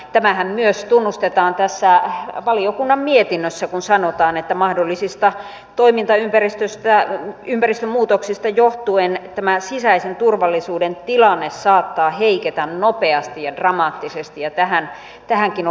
tämähän myös tunnustetaan tässä valiokunnan mietinnössä kun sanotaan että mahdollisista toimintaympäristömuutoksista johtuen tämä sisäisen turvallisuuden tilanne saattaa heiketä nopeasti ja dramaattisesti ja tähänkin on varauduttava